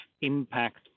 impact